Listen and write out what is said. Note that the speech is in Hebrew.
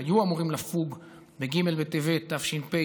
שהיו אמורים לפוג בג' בטבת תש"ף,